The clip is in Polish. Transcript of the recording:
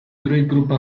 grupy